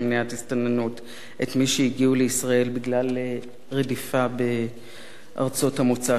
הסתננות את מי שהגיעו לישראל בגלל רדיפה בארצות המוצא שלהם.